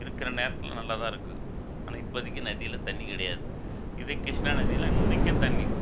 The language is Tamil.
இருக்கிற நேரத்தில் நல்லாதான் இருக்கும் ஆனால் இப்போதைக்கி நதியில் தண்ணி கிடையாது இதே கிருஷ்ணா நதிலெல்லாம் இன்றைக்கும் தண்ணி இருக்குது